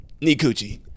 Nikuchi